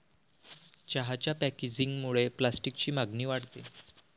चहाच्या पॅकेजिंगमुळे प्लास्टिकची मागणी वाढते